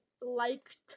liked